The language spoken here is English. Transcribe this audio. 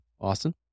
Austin